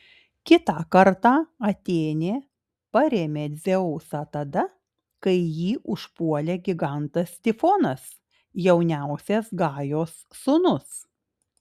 kitą kartą atėnė parėmė dzeusą tada kai jį užpuolė gigantas tifonas jauniausias gajos sūnus